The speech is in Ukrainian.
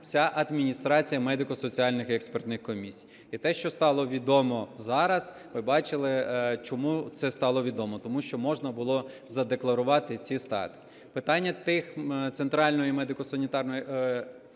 вся адміністрація медико-соціальних експертних комісій. І те, що стало відомо зараз, ви бачили, чому це стало відомо, тому що можна було задекларувати ці статки. Питання центральної медико-соціальної